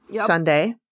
Sunday